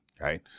Right